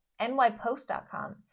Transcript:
nypost.com